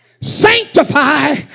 Sanctify